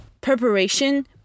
preparation